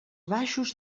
baixos